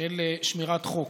של שמירת חוק.